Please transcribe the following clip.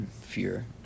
Fear